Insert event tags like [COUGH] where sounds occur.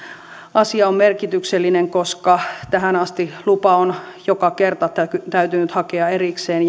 asia on merkityksellinen koska tähän asti lupa on joka kerta täytynyt hakea erikseen [UNINTELLIGIBLE]